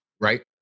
right